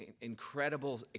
incredible